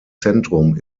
zentrum